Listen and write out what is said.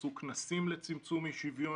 עשו כנסים לצמצום אי-שוויון,